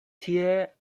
tie